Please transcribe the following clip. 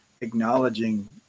acknowledging